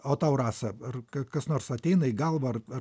o tau rasa ar kas nors ateina į galvą ar ar